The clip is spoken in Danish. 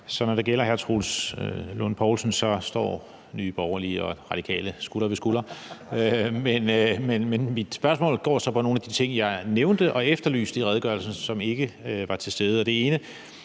så når det gælder forsvarsministeren, står Nye Borgerlige og Radikale skulder ved skulder. Mit spørgsmål går så på nogle af de ting, jeg nævnte og efterlyste i redegørelsen, som ikke var til stede.